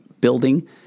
building